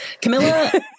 camilla